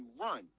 run